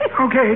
Okay